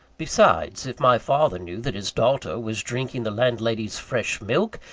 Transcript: besides, if my father knew that his daughter was drinking the landlady's fresh milk,